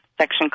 section